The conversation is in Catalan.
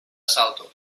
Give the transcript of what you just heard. salto